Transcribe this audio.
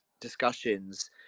discussions